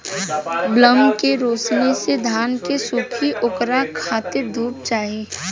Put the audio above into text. bulb के रौशनी से धान न सुखी ओकरा खातिर धूप चाही